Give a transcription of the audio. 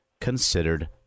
considered